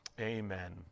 Amen